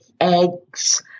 eggs